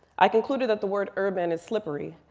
i concluded that the word urban is slippery.